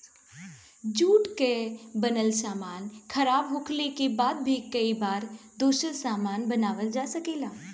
jute से बनल सामान खराब होखले के बाद भी कई बार दोसर सामान बनावल जा सकेला